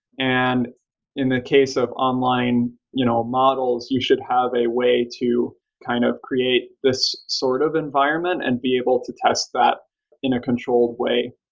and in the case of online you know models, you should have a way to kind of create this sort of environment and be able to test that in a controlled way.